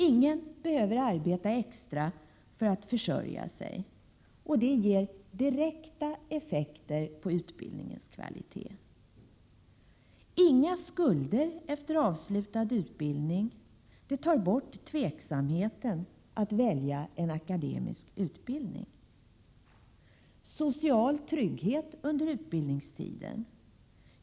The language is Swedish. Ingen behöver arbeta extra för att försörja sig, och det ger direkta effekter på utbildningens kvalitet. e Inga skulder efter avslutad utbildning. Det tar bort tveksamheten när det gäller att välja en akademisk utbildning. e Social trygghet under utbildningstiden.